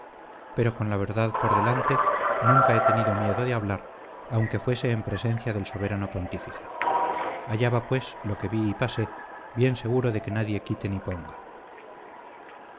pero con la verdad por delante nunca he tenido miedo de hablar aunque fuese en presencia del soberano pontífice allá va pues lo que vi y pasé bien seguro de que nadie quite ni ponga